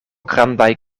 grandaj